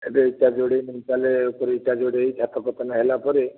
ତା ପରେ ଇଟା ଯୋଡ଼ାଇ ନିମଟାଲ ଉପରେ ଇଟା ଯୋଡ଼ାଇ ହୋଇ ଛାତ ପତନ ହେଲା ପରେ